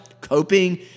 coping